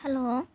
hello